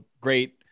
great